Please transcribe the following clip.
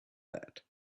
that